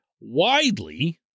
widely